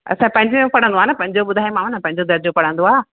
असां पंज पढ़ंदो आहे न पंजो ॿुधायोमाव न पंजो दर्जो पढ़ंदो आहे